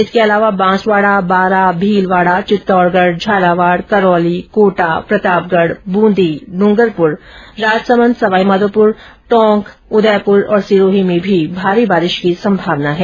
इसके अलावा बांसवाडा बारा भीलवाडा चित्तौडगढ झालावाड करौली कोटा प्रतापगढ बूंदी डूंगरपुर राजसमंद सवाईमाधोपुर टोंक उदयपुर और सिरोही में भी भारी बारिश की संभावना है